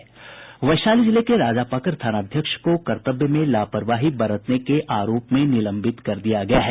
वैशाली जिले के राजापाकड़ थाना अध्यक्ष को कर्तव्य में लापरवाही बरतने के आरोप में निलंबित कर दिया गया है